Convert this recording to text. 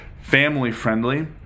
family-friendly